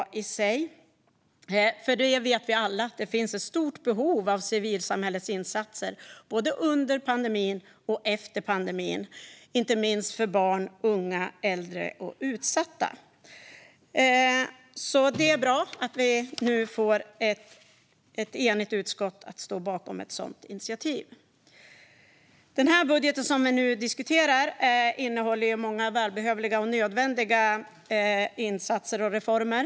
Vi vet alla att det både under och efter pandemin finns ett stort behov av insatser från civilsamhället för barn, unga, äldre och utsatta. Det är bra att ett enigt utskott nu står bakom initiativet. Den budget som vi nu diskuterar innehåller många välbehövliga och nödvändiga insatser och reformer.